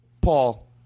Paul